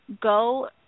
go